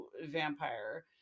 vampire